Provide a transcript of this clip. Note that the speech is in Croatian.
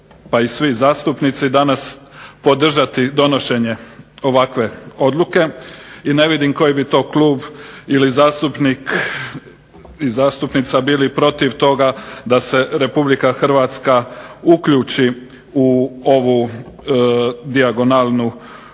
pa i svi zastupnici danas, podržati donošenje ovakve odluke i ne vidim koji bi to klub ili zastupnik i zastupnica bili protiv toga da se RH uključi u ovu dijagonalnu kumulaciju